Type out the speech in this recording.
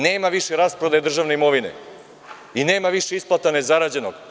Nema više rasprodaje državne imovine i nema više isplata nezarađenog.